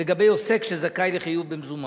לגבי עוסק שזכאי לחיוב במזומן.